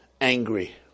angry